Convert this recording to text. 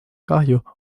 kahju